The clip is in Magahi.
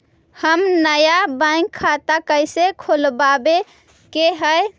हम नया बैंक खाता कैसे खोलबाबे के है?